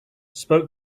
spoke